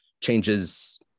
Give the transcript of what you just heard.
changes